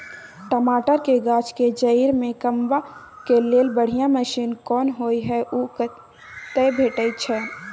टमाटर के गाछ के जईर में कमबा के लेल बढ़िया मसीन कोन होय है उ कतय भेटय छै?